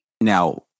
Now